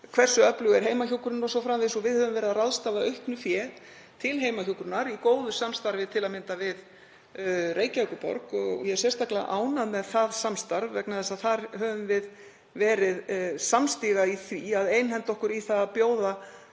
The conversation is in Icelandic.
hversu öflug er heimahjúkrun o.s.frv. Við höfum verið að ráðstafa auknu fé til heimahjúkrunar í góðu samstarfi, til að mynda við Reykjavíkurborg, og ég er sérstaklega ánægð með það samstarf vegna þess að þar höfum við verið samstiga í því að einhenda okkur í að bjóða